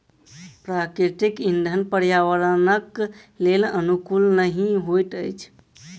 प्राकृतिक इंधन पर्यावरणक लेल अनुकूल नहि होइत अछि